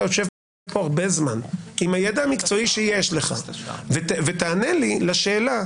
יושב כאן הרבה זמן עם הידע המקצועי שלך ותענה לי לשאלה.